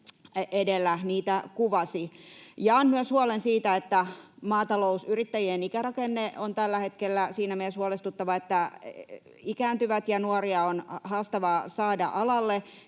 edellä niitä kuvasi. Jaan myös huolen siitä, että maatalousyrittäjien ikärakenne on tällä hetkellä siinä mielessä huolestuttava, että he ikääntyvät ja nuoria on haastavaa saada alalle.